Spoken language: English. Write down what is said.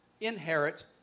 inherit